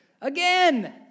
Again